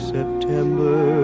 September